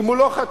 אם הוא לא חתום,